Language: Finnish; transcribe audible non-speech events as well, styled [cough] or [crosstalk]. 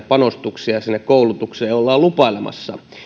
[unintelligible] panostuksia sinne koulutukseen ollaan lupailemassa